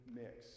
mix